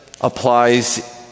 applies